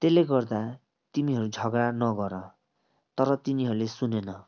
त्यसले गर्दा तिमीहरू झगडा नगर तर तिनीहरूले सुनेन